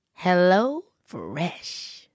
HelloFresh